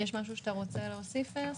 יש משהו שאתה רוצה להוסיף, אסף?